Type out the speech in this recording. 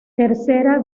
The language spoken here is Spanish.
tercera